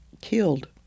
killed